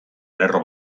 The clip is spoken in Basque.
lerro